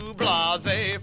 blase